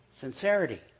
Sincerity